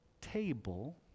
table